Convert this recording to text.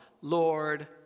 Lord